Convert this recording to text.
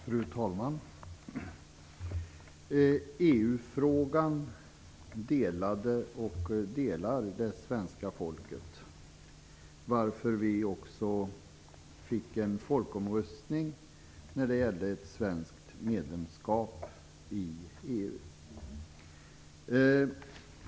Fru talman! EU-frågan delade och delar det svenska folket, varför vi också hade en folkomröstning om ett svenskt medlemskap i EU.